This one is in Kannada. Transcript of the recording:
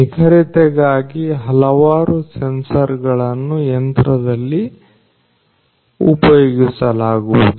ನಿಖರತೆಗಾಗಿ ಹಲವಾರು ಸೆನ್ಸರ್ ಗಳನ್ನು ಯಂತ್ರದಲ್ಲಿ ಉಪಯೋಗಿಸಲಾಗುವುದು